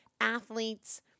athletes